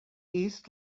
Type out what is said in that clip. east